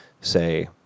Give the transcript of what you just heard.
say